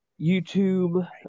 YouTube